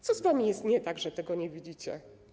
Co z wami jest nie tak, że tego nie widzicie?